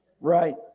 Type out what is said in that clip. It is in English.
right